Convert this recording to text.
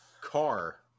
car